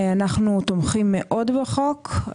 אנחנו תומכים מאוד בחוק,